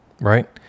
right